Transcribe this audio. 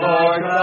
Lord